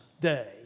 Day